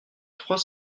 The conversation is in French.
trois